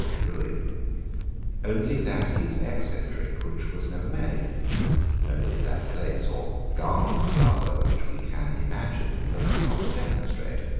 ruin only that is eccentric which was never made only that place, or garment rather, which we can imagine but not demonstrate.